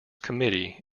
committee